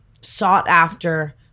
sought-after